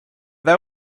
that